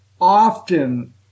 often